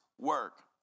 work